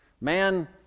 Man